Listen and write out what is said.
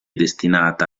destinata